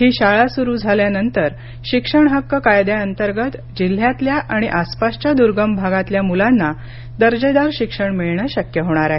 ही शाळा सुरू झाल्यानंतर शिक्षण हक्क कायद्या अंतर्गत जिल्ह्यातल्या आणि आसपासच्या दुर्गम भागातल्या मुलांना दर्जेदार शिक्षण मिळणं शक्य होणार आहे